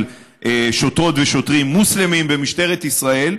שוטרות ושוטרים מוסלמים במשטרת ישראל,